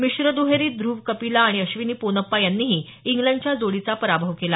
मिश्र दुहेरीत धुव कपिला आणि अश्विनी पोनप्पा यांनीही इंग्लडच्या जोडीचा पराभव केला